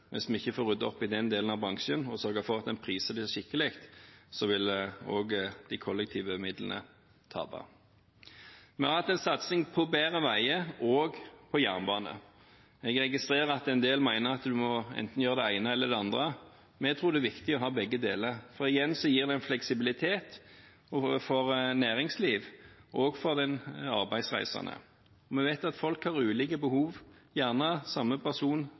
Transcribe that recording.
hvis vi ikke får ryddet opp i den bransjen og sørger for at den prises skikkelig, vil også de kollektive midlene tape. Vi har hatt en satsing på bedre veier og jernbane. Jeg registrerer at en del mener at man må gjøre enten det ene eller det andre, men vi tror det er viktig å ha begge deler, for det gir igjen en fleksibilitet for både næringslivet og den arbeidsreisende. Vi vet at folk har ulike behov, gjerne den samme